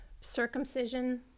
circumcision